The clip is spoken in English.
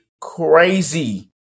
crazy